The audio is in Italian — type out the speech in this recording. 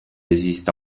esista